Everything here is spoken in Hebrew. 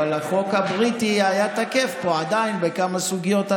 אבל החוק הבריטי עדיין היה תקף פה בכמה סוגיות.